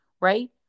right